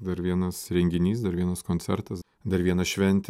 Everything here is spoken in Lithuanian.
dar vienas renginys dar vienas koncertas dar viena šventė